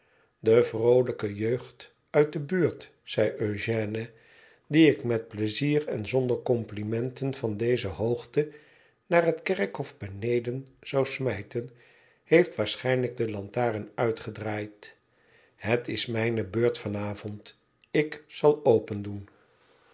de vroolijke jeugd uit de buurt zei eugène die ik met pleizieren zonder complimenten van deze hoogte naar het kerkhof beneden zou smijten heeft waarschijnlijk de lantaren uitgedraaid het is mijne beurt van avond ik zal opendoen